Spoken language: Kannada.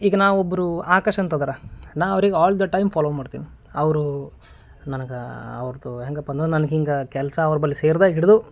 ಈಗ ನಾವೊಬ್ಬರು ಆಕಾಶ್ ಅಂತ ಅದರ ನಾ ಅವ್ರಿಗೆ ಆಲ್ ದ ಟೈಮ್ ಫಾಲೋ ಮಾಡ್ತೀನಿ ಅವರು ಅವ್ರ್ದು ಹೆಂಗಪ್ಪಂದ್ರ ನನ್ಗೆ ಹಿಂಗೆ ಕೆಲಸ ಅವ್ರು ಬಲ್ ಸೇರ್ದಾಗ್ ಹಿಡ್ದು